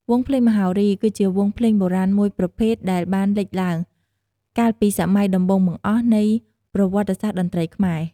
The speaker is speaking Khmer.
វង់ភ្លេងមហោរី គឺជាវង់ភ្លេងបុរាណមួយប្រភេទដែលបានលេចឡើង កាលពីសម័យដំបូងបង្អស់ នៃប្រវត្តិសាស្ត្រតន្ត្រីខ្មែរ។